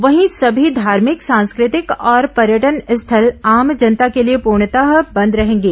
वहीं समी धार्भिक सांस्कृतिक और पर्यटन स्थल आम जनता के लिए प्रर्णतः बंद रहेंगे